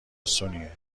اسونیه